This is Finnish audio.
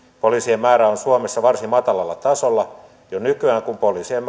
poliisien määrä on suomessa varsin matalalla tasolla jo nykyään kun poliisien